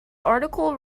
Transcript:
article